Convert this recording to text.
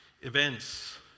events